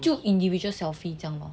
就 individual selfie 这样 lor